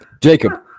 Jacob